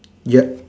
yup